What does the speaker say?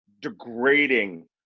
degrading